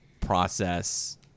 process